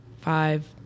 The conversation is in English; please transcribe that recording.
five